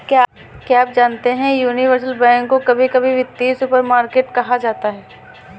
क्या आप जानते है यूनिवर्सल बैंक को कभी कभी वित्तीय सुपरमार्केट कहा जाता है?